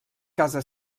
casa